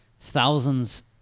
Thousands